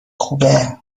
خوبه